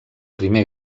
primer